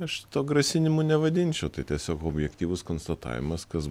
aš to grasinimu nevadinčiau tai tiesiog objektyvus konstatavimas kas